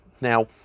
Now